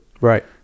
right